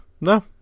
no